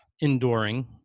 enduring